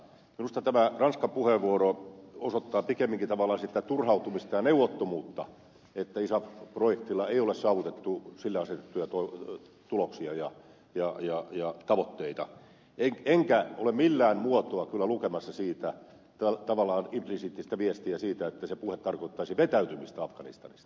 minusta tämä ranskan puheenvuoro osoittaa pikemminkin tavallaan sitä turhautumista ja neuvottomuutta että isaf projektilla ei ole saavutettu sille asetettuja tuloksia ja tavoitteita enkä ole millään muotoa kyllä lukemassa siitä tavallaan implisiittistä viestiä siitä että se puhe tarkoittaisi vetäytymistä afganistanista